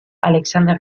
alexandra